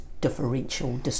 differential